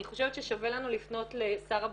אני חושבת ששווה לנו לפנות לשר הבריאות,